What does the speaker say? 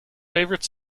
favourite